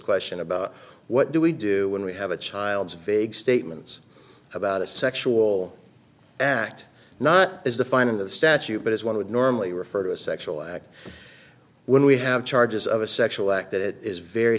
question about what do we do when we have a child's vague statements about a sexual act not is the fine in the statute but as one would normally refer to a sexual act when we have charges of a sexual act that is very